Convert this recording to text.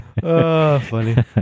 funny